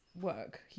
work